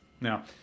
Now